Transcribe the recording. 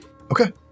Okay